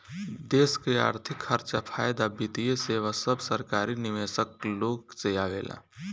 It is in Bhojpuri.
देश के अर्थिक खर्चा, फायदा, वित्तीय सेवा सब सरकारी निवेशक लोग से आवेला